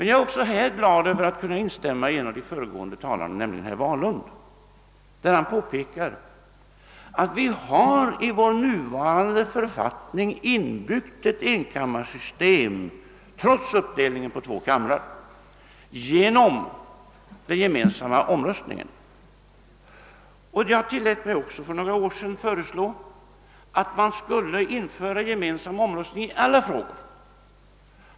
Jag är också här glad över att kunna instämma med en av de föregående talarna, nämligen herr Wahlund. Han påpekade att vi i vår nuvarande författning har ett enkammarsystem inbyggt, trots uppdelningen på två kamrar, genom den gemensamma omröstningen. Jag tillät mig för några år sedan föreslå att man skulle införa gemensam omröstning i alla frågor.